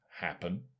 happen